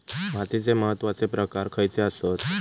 मातीचे महत्वाचे प्रकार खयचे आसत?